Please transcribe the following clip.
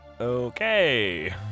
Okay